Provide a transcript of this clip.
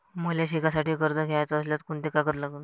मले शिकासाठी कर्ज घ्याचं असल्यास कोंते कागद लागन?